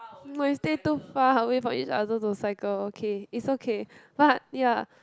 but you stay too far away from each other to cycle okay is okay but ya